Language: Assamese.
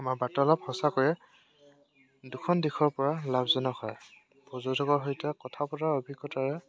আমাৰ বাৰ্তালাপ সঁচাকৈয়ে দুখন দিশৰ পৰা লাভজনক হয় পৰ্যটকৰ সৈতে কথা বতৰা অভিজ্ঞতাৰে